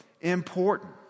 important